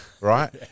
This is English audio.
right